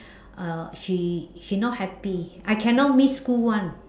uh she she not happy I cannot miss school [one]